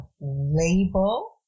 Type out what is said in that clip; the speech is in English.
label